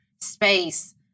space